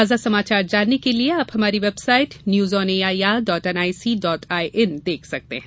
ताजा समाचार जानने के लिए आप हमारी website news on A I R dot N I C dot I N देख सकते हैं